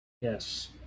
Yes